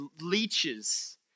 leeches